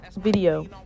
video